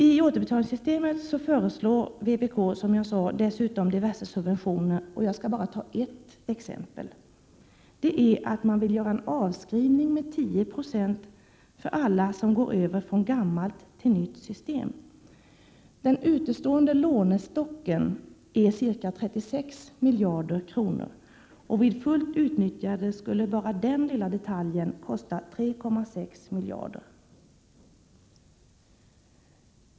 I återbetalningssystemet föreslår vpk, som jag sade, dessutom diverse subventioner, och jag skall bara ta ett exempel. Man vill göra en avskrivning med 10 90 för alla som går över från gammalt till nytt system. Den utestående lånestocken är ca 36 miljarder kronor, och vid fullt utnyttjande skulle bara den lilla detaljen kosta 3,6 miljarder kronor.